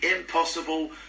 impossible